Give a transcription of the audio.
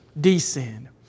descend